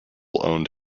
owned